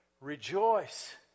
rejoice